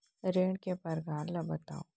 ऋण के परकार ल बतावव?